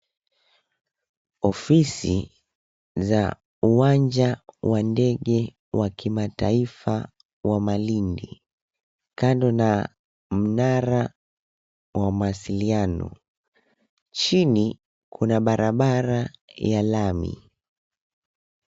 Ofisi za uwanja wa ndege wa kimataifa wa Malindi kando na mnara wa mawasiliano. Chini kuna barabara ya lami.